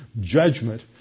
judgment